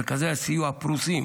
מרכזי הסיוע פרוסים